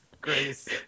Grace